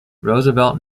roosevelt